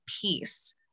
peace